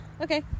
okay